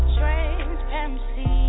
transparency